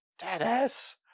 Deadass